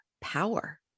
power